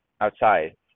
outside